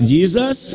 Jesus